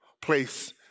place